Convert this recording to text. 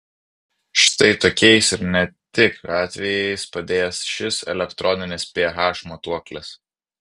štai tokiais ir ne tik atvejais padės šis elektroninis ph matuoklis